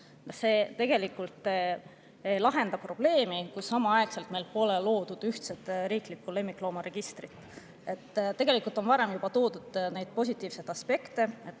see tegelikult ei lahenda probleemi, kui samaaegselt meil pole loodud ühtset riiklikku lemmikloomaregistrit. Tegelikult on varem juba välja toodud neid positiivseid aspekte: